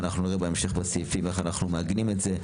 אנחנו נראה בהמשך בסעיפים איך אנחנו מעגנים את זה.